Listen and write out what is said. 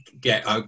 get